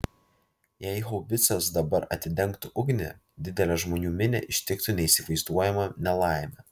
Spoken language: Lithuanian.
jei haubicos dabar atidengtų ugnį didelę žmonių minią ištiktų neįsivaizduojama nelaimė